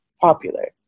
popular